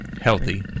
Healthy